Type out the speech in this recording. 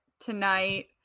tonight